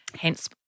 Hence